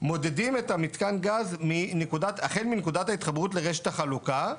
מודדים את מתקן הגז החל מנקודת ההתחברות לרשת החלוקה,